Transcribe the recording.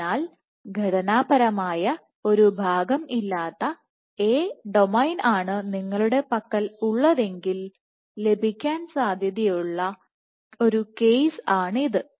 അതിനാൽ ഘടനാപരമായ ഒരു ഭാഗം ഇല്ലാത്ത എ ഡൊമെയ്ൻ ആണ് നിങ്ങളുടെ പക്കൽ ഉള്ളതെങ്കിൽ ലഭിക്കാൻ സാധ്യതയുള്ള കേസ് ആണിത്